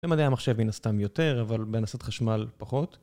במדעי המחשב מן הסתם יותר אבל בהנדסת חשמל פחות